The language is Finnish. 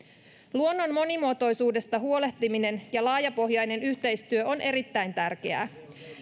luonnon monimuotoisuudesta huolehtiminen ja laajapohjainen yhteistyö on erittäin tärkeää